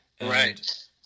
right